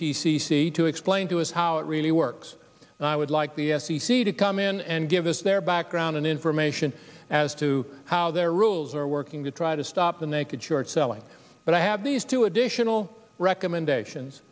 see to explain to us how it really works and i would like the f c c to come in and give us their background and information as to how their rules are working to try to stop the naked short selling but i have these two additional recommendations